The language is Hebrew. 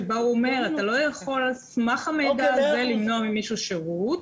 שבה הוא אומר שאתה לא יכול על סמך המידע הזה למנוע ממישהו שירות,